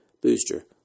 booster